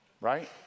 right